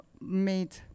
made